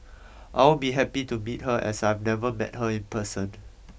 I'll be happy to meet her as I've never met her in person